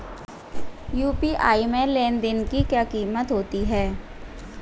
UPI में लेन देन की क्या सीमा होती है?